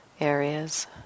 areas